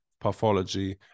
pathology